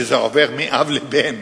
שזה עובר מאב לבן